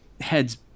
heads